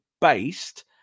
based